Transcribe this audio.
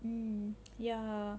mm ya